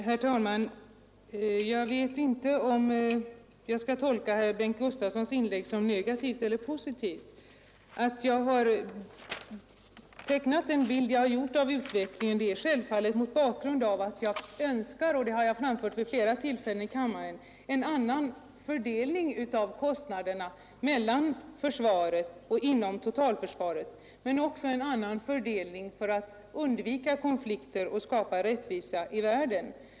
Herr talman! Jag vet inte om jag skall tolka inlägget av herr Gustavsson i Eskilstuna som negativt eller positivt. Jag tecknade min bild av utvecklingen mot bakgrund av att jag önskar — det har jag framfört vid flera tillfällen i kammaren — en annan fördelning inom totalförsvaret men också en annan fördelning mellan försvarskostnader och konstruktiva fredsåtgärder för att undvika konflikter och skapa rättvisa i världen.